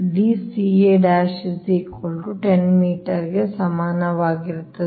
ಗೆ ಸಮಾನವಾಗಿರುತ್ತದೆ